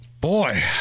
Boy